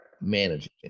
managing